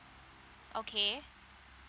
okay